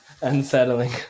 unsettling